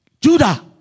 Judah